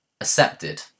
accepted